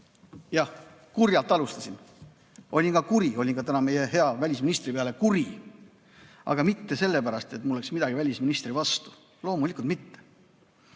Jah, kurjalt alustasin. Ma olin ka kuri. Ma olin ka täna meie hea välisministri peale kuri, aga mitte sellepärast, et mul oleks midagi välisministri vastu. Loomulikult mitte.